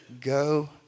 go